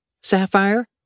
Sapphire